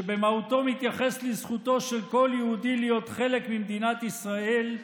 שבמהותו מתייחס לזכותו של כל יהודי להיות חלק ממדינת ישראל,